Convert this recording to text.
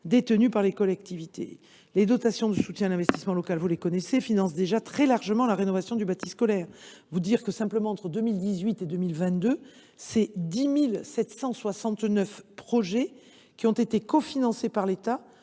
détenu par les collectivités. Les dotations de soutien à l’investissement local – vous les connaissez – financent déjà très largement la rénovation du bâti scolaire. Entre 2018 et 2022, quelque 10 769 projets ont été cofinancés par l’État,